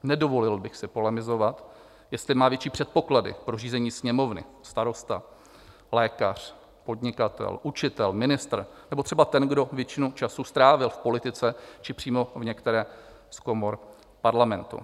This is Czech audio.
Nedovolil bych si polemizovat, jestli má větší předpoklady pro řízení Sněmovny starosta, lékař, podnikatel, učitel, ministr nebo třeba ten, kdo většinu času strávil v politice či přímo v některé z komor parlamentu.